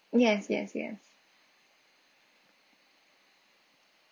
yes yes yes